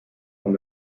von